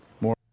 more